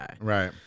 Right